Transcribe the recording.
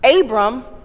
Abram